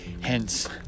Hence